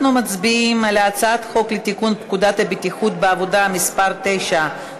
אנחנו מצביעים על הצעת חוק לתיקון פקודת הבטיחות בעבודה (מס' 9),